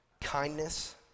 kindness